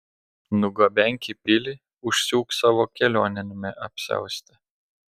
nugabenk į pilį užsiūk savo kelioniniame apsiauste